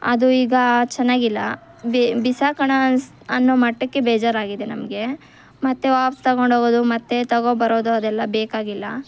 ಅದು ಈಗ ಚೆನ್ನಾಗಿಲ್ಲ ಬೇ ಬಿಸಾಕೋಣ ಅನ್ಸಿ ಅನ್ನೋ ಮಟ್ಟಕ್ಕೆ ಬೇಜಾರು ಆಗಿದೆ ನಮಗೆ ಮತ್ತೆ ವಾಪಸ್ಸು ತೊಗೊಂಡು ಹೋಗೋದು ಮತ್ತೆ ತೊಗೋಬರೋದು ಅದೆಲ್ಲ ಬೇಕಾಗಿಲ್ಲ